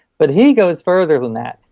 but he goes further than that.